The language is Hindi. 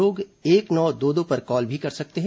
लोग एक नौ दो दो पर कॉल भी कर सकते हैं